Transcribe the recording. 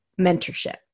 mentorship